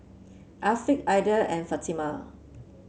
Afiqah Aidil and Fatimah